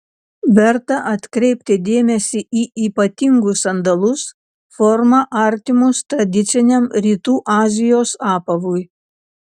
verta atkreipti dėmesį į ypatingus sandalus forma artimus tradiciniam rytų azijos apavui